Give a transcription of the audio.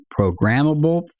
programmable